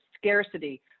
scarcity